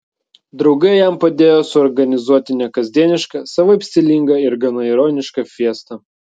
draugai jam padėjo suorganizuoti nekasdienišką savaip stilingą ir gana ironišką fiestą